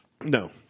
no